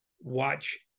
watch